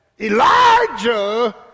Elijah